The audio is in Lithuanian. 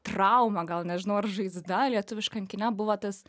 trauma gal nežinau ar žaizda lietuviškam kine buvo tas